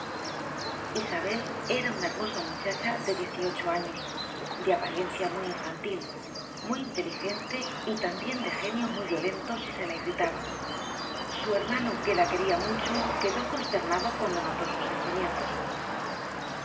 isabel era una hermosa muchacha de dieciocho años de apariencia muy infantil muy inteligente y también de genio muy violento si se la irritaba su hermano que la quería mucho quedó consternado cuando notó sus sentimientos